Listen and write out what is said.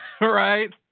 Right